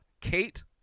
Kate